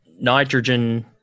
nitrogen